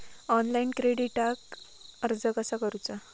Online क्रेडिटाक अर्ज कसा करुचा?